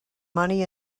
money